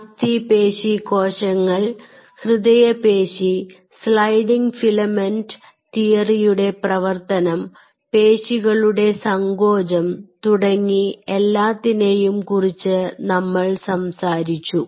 അസ്ഥിപേശി കോശങ്ങൾ ഹൃദയപേശി sliding filament തിയറിയുടെ പ്രവർത്തനം പേശികളുടെ സങ്കോചം തുടങ്ങി എല്ലാത്തിനെയും കുറിച്ച് നമ്മൾ സംസാരിച്ചു